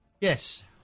Yes